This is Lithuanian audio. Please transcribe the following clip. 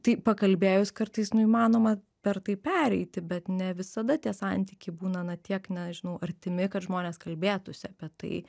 tai pakalbėjus kartais nu įmanoma per tai pereiti bet ne visada tie santykiai būna na tiek nežinau artimi kad žmonės kalbėtųsi apie tai